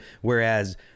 Whereas